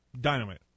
Dynamite